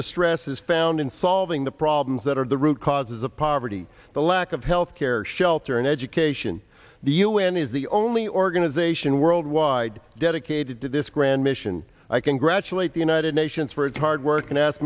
distress is found in solving the problems that are the root causes of poverty the lack of health care shelter and education the un is the only organization worldwide dedicated to this grand mission i congratulate the united nations for its hard work and as